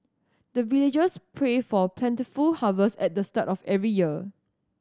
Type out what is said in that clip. the villagers pray for plentiful harvest at the start of every year